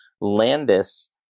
Landis